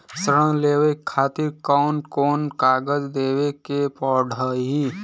ऋण लेवे के खातिर कौन कोन कागज देवे के पढ़ही?